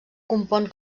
compon